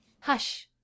Hush